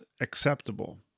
acceptable